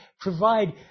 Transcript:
provide